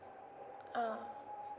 ah